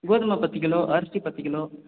கோதுமை பத்து கிலோ அரிசி பத்து கிலோ